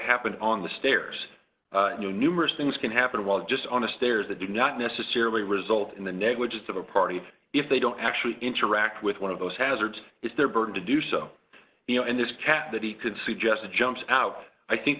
happened on the stairs knew numerous things can happen while just on the stairs that did not necessarily result in the negligence of a party if they don't actually interact with one of those hazards it's their burden to do so you know and this cat that he could suggest a jumps out i think